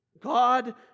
God